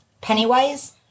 Pennywise